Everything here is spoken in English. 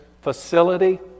facility